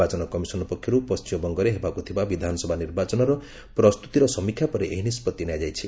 ନିର୍ବାଚନ କମିଶନ ପକ୍ଷରୁ ପଣ୍ଟିମବଙ୍ଗରେ ହେବାକୁ ଥିବା ବିଧାନସଭା ନିର୍ବାଚନର ପ୍ରସ୍ତୁତିର ସମୀକ୍ଷା ପରେ ଏହି ନିଷ୍ପଭି ନିଆଯାଇଛି